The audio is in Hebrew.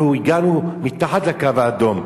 אנחנו הגענו מתחת לקו האדום,